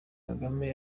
kagame